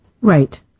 Right